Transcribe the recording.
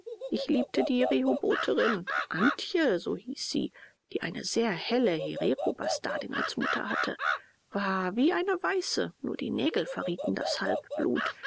ich liebte die rehobotherin antje so hieß sie die eine sehr helle hererobastardin als mutter hatte war wie eine weiße nur die nägel verrieten das